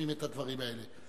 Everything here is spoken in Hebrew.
שומעים את הדברים האלה.